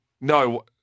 No